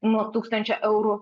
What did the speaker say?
nuo tūkstančio eurų